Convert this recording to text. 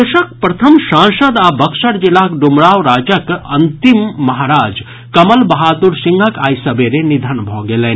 देशक प्रथम सांसद आ बक्सर जिलाक डुमरांव राजक अंतिम महाराज कमल बहादुर सिंहक आइ सवेरे निधन भऽ गेलनि